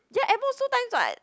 ya at most two times [what]